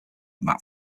map